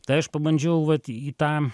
tai aš pabandžiau vat į tą